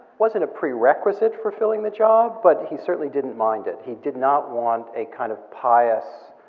wasn't a prerequisite for filling the job, but he certainly didn't mind it. he did not want a kind of pious.